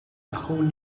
whole